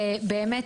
באמת,